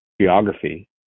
geography